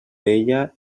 ella